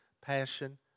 passion